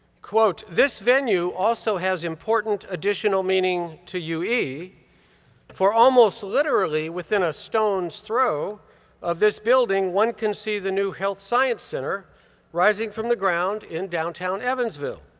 quote, this venue also has important additional meaning to ue, for almost literally within a stone's throw of this building, one can see the new health science center rising from the ground in downtown evansville.